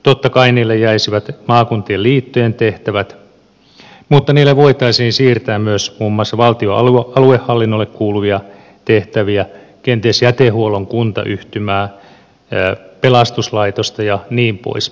totta kai niille jäisivät maakuntien liittojen tehtävät mutta niille voitaisiin siirtää myös muun muassa valtion aluehallinnolle kuuluvia tehtäviä kenties jätehuollon kuntayhtymää pelastuslaitosta jnp